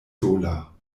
sola